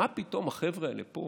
מה פתאום החבר'ה האלה פה,